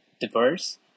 diverse